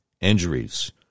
injuries